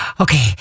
okay